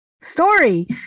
story